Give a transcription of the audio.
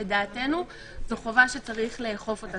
לדעתנו, זה משהו שצריך לאכוף אותו.